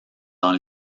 dans